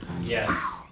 Yes